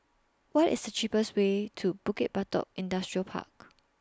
What IS The cheapest Way to Bukit Batok Industrial Park